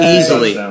Easily